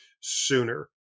sooner